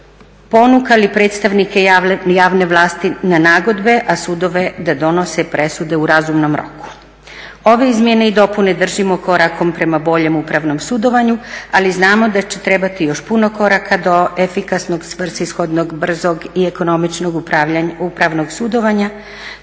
ponukali predstavnike javne vlasti na nagodbe, a sudove da donose presude u razumnom roku. Ove izmjene i dopune držimo korakom prema boljem upravnom sudovanju ali znamo da će trebati još puno koraka do efikasnog, svrsishodnog, brzog i ekonomičnog upravnog sudovanja